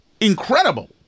incredible